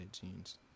jeans